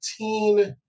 18